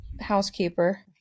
Housekeeper